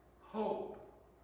hope